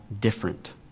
different